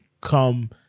come